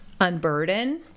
unburden